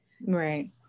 right